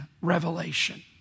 revelation